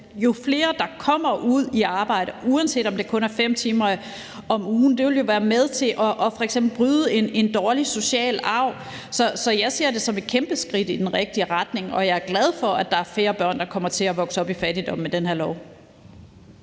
Når flere kommer ud i arbejde, uanset om det kun er 5 timer om ugen, vil det jo være med til f.eks. at bryde en dårlig social arv. Så jeg ser det som et kæmpe skridt i den rigtige retning, og jeg er glad for, at der med den her lov er færre børn, der kommer til at vokse op i fattigdom. Kl.